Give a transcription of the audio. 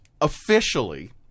officially